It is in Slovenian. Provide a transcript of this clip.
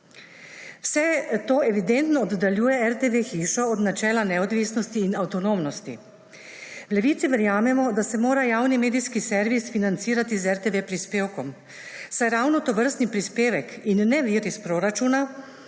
Vse to evidentno oddaljuje RTV hišo od načela neodvisnosti in avtonomnosti. V Levici verjamemo, da se mora javni medijski servis financirati z RTV prispevkom, saj ravno tovrstni prispevek in ne vir iz proračuna